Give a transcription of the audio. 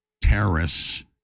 terrorists